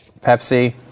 Pepsi